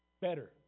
Better